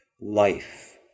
life